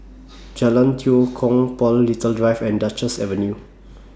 Jalan Tua Kong Paul Little Drive and Duchess Avenue